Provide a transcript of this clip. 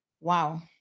Wow